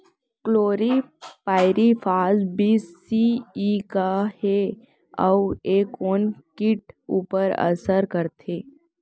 Chlorpyrifos बीस C E का हे अऊ ए कोन किट ऊपर असर करथे?